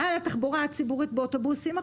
על התחבורה הציבורית באוטובוסים,